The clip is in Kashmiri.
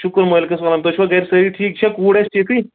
شُکُر مٲلکَس وَن تۄہہِ چھِوا گرِ سٲری ٹھیٖک یہِ چھےٚ کوٗر اَسہِ ٹھیٖکھٕے